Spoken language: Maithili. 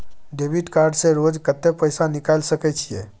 डेबिट कार्ड से रोज कत्ते पैसा निकाल सके छिये?